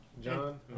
John